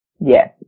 Yes